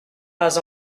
pas